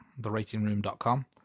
theratingroom.com